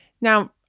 Now